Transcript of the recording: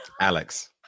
Alex